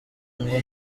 ngo